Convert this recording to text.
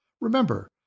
Remember